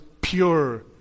pure